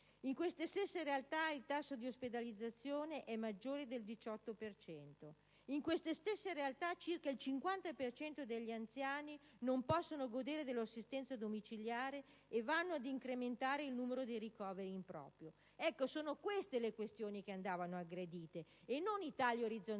In queste stesse realtà il tasso di ospedalizzazione è maggiore del 18 per cento e circa il 50 per cento degli anziani non può godere dell'assistenza domiciliare andando ad incrementare il numero dei ricoveri in proprio. Sono queste le questioni che andavano aggredite, e non operare i tagli orizzontali